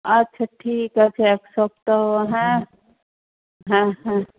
আচ্ছা ঠিক আছে এক সপ্তাহ হ্যাঁ হ্যাঁ হ্যাঁ